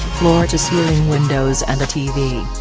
floor-to-ceiling windows and a tv.